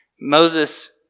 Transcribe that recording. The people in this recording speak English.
Moses